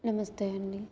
నమస్తే అండి